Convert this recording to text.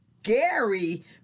Scary